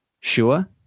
sure